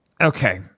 Okay